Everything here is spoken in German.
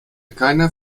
keiner